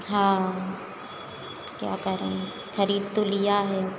हाँ क्या करें खरीद तो लिया है